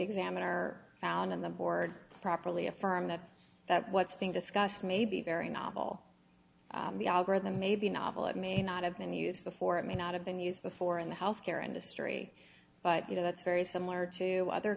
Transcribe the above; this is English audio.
examiner found in the board properly affirmed that what's being discussed may be very novel the algorithm may be novel it may not have been used before it may not have been used before in the health care industry but you know that's very similar to other